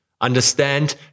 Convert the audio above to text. Understand